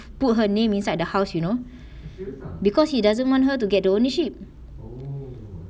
put her name inside the house you know because he doesn't want her to get the ownership